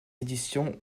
éditions